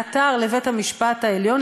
עתר לבית-המשפט העליון,